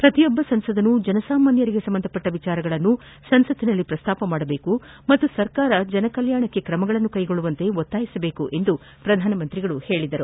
ಪ್ರತಿಯೊಬ್ಬ ಸಂಸದರೂ ಜನಸಾಮಾನ್ಯರಿಗೆ ಸಂಬಂಧಿಸಿದ ವಿಷಯಗಳನ್ನು ಸಂಸತ್ತಿನಲ್ಲಿ ಪ್ರಸ್ತಾಪಿಸಬೇಕು ಮತ್ತು ಸರ್ಕಾರ ಜನರ ಕಲ್ಯಾಣಕ್ಕೆ ಕ್ರಮಗಳನ್ನು ಕೈಗೊಳ್ಳುವಂತೆ ಒತ್ತಾಯಿಸಬೇಕು ಎಂದು ಪ್ರಧಾನಿ ತಿಳಿಸಿದರು